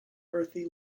earthy